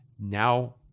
now